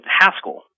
Haskell